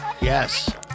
Yes